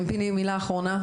פיני, מילה אחרונה.